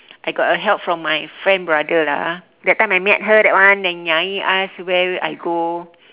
I got a help from my friend brother lah that time I met her that one yang nyai ask where I go